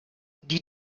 die